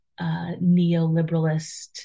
neoliberalist